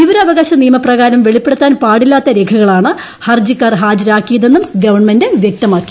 വിവരാവകാശ നിയമ പ്രകാരം വെളിപ്പെടുത്താൻ പാടില്ലാത്ത രേഖകളാണ് ഹർജിക്കാർ ഹാജരാക്കിയതെന്നും ഗവൺമെന്റ് വ്യക്തമാക്കി